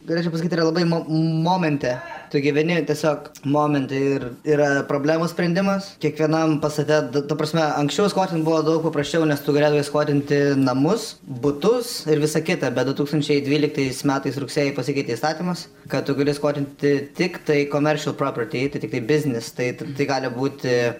galėčiau pasakyt yra labai ma momente tu gyveni tiesiog momentai ir yra problemos sprendimas kiekvienam pastate du ta prasme anksčiau skvotint buvo daug paprasčiau nes tu galėdavai skvotinti namus butus ir visą kitą bet du tūkstančiai dvyliktais metais rugsėjį pasikeitė įstatymas kad tu gali skvotinti tiktai komeršial properti tai tiktai biznis taip tai gali būti